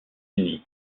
unis